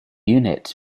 unit